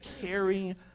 carry